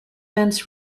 benz